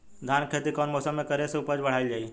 धान के खेती कौन मौसम में करे से उपज बढ़ाईल जाई?